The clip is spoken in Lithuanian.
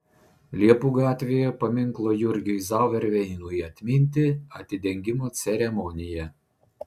liepų gatvėje paminklo jurgiui zauerveinui atminti atidengimo ceremonija